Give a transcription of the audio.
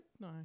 No